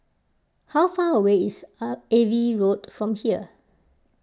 how far away is a Ava Road from here